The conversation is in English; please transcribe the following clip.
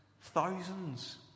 Thousands